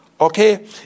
Okay